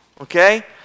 okay